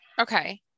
Okay